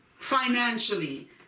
financially